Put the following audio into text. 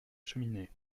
cheminée